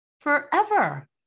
forever